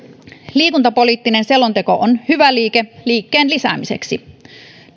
liikuntapoliittinen selonteko on hyvä liike liikkeen lisäämiseksi